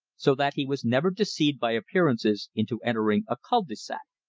so that he was never deceived by appearances into entering a cul de sac.